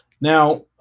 now